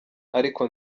ariko